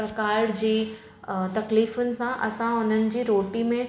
प्रकार जी तकलीफ़ुनि सां असां हुननि जे रोटी में